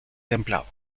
templado